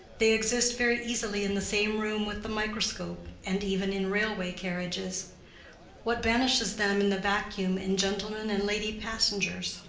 they exist very easily in the same room with the microscope and even in railway carriages what banishes them in the vacuum in gentlemen and lady passengers.